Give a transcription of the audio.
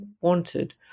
wanted